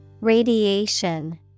Radiation